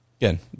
Again